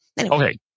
Okay